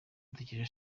dukesha